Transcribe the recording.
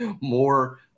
more